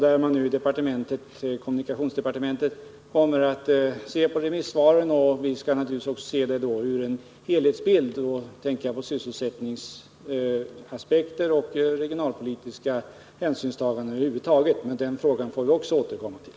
I kommunikationsdepartementet kommer man att se på remissvaren, och vi skall naturligtvis också anlägga en helhetssyn och tänka på sysselsättningsaspekter och regionalpolitiska hänsynstaganden över huvud taget. Den frågan får vi också återkomma till.